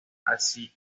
así